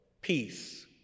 peace